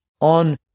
on